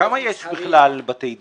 כמה יש בכלל בתי דין?